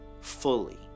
fully